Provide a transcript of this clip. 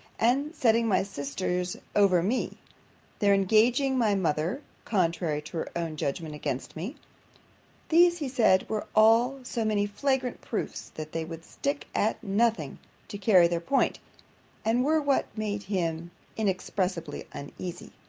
and setting my sister's over me their engaging my mother, contrary to her own judgment, against me these, he said, were all so many flagrant proofs that they would stick at nothing to carry their point and were what made him inexpressibly uneasy.